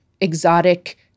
exotic